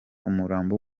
umurambo